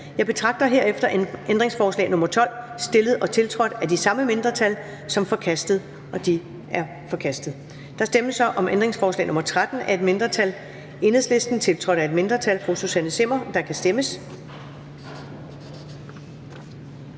Jeg betragter herefter ændringsforslag nr. 12, stillet og tiltrådt af de samme mindretal, som forkastet. Det er forkastet. Der stemmes om ændringsforslag nr. 13 af et mindretal (EL), tiltrådt af et mindretal (Susanne Zimmer (UFG)), og der kan stemmes.